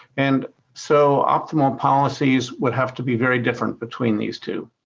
and so optimal policies would have to be very different between these two.